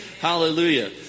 Hallelujah